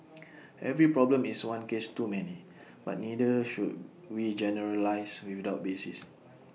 every problem is one case too many but neither should we generalise without basis